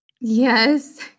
Yes